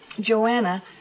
Joanna